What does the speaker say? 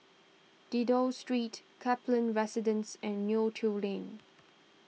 Dido Street Kaplan Residence and Neo Tiew Lane